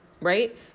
Right